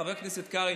חבר הכנסת קרעי,